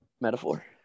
Metaphor